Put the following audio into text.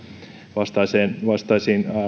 vastaisiin vastaisiin